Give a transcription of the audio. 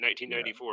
1994